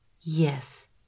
Yes